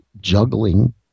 juggling